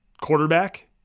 quarterback